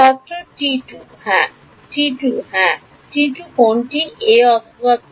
ছাত্র 2 হ্যাঁ হ্যাঁ 2 2 কোনটি a অথবা b